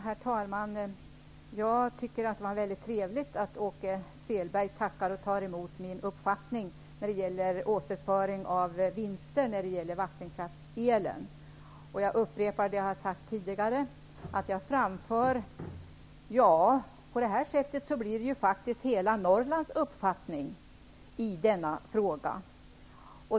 Herr talman! Det är mycket trevligt att Åke Selberg tackar och tar emot min uppfattning om återföring av vinster från vattenkraftsel. Jag upprepar det jag har sagt tidigare, dvs. att jag framför hela Norrlands uppfattning i denna fråga.